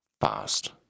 Fast